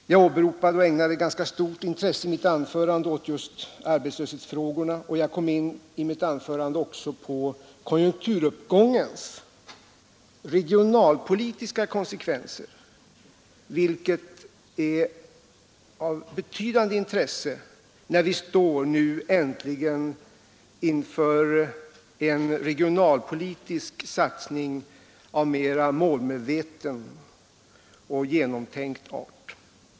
Jag åberopade och ägnade i mitt anförande ganska stort utrymme åt just arbetslöshetsfrågorna och kom även in på konjunkturuppgångens regionalpolitiska konsekvenser, vilka är av betydande intresse när vi nu äntligen står inför en regionalpolitisk satsning av mera målmedveten och genomtänkt art.